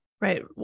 Right